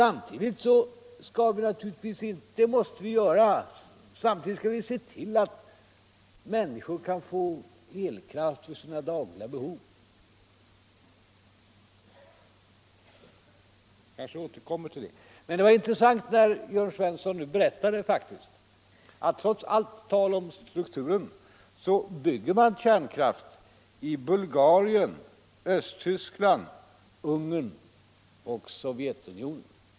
Samtidigt skall vi naturligtvis se till att människor kan få elkraft för sina dagliga behov. Jag kanske återkommer till det. Det var intressant att Jörn Svensson nu trots allt tal om strukturen berättade att man bygger kärnkraftverk i Bulgarien, Östtyskland, Ungern och Sovjetunionen.